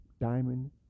diamond